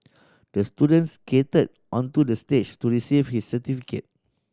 the student skated onto the stage to receive his certificate